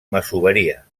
masoveria